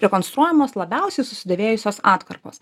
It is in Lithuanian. rekonstruojamos labiausiai susidėvėjusios atkarpos